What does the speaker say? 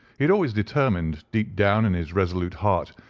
had always determined, deep down in his resolute heart,